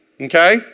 okay